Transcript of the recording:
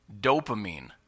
Dopamine